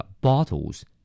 Bottles